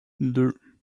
deux